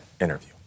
interview